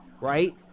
right